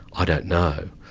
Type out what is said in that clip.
ah don't know.